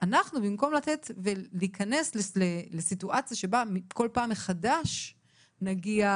במקום שאנחנו ניכנס לסיטואציה שבה כל פעם מחדש נגיע